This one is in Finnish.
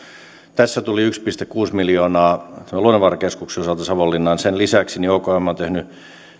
tässä tuli yksi pilkku kuusi miljoonaa luonnonvarakeskuksen osalta savonlinnaan sen lisäksi okm on tehnyt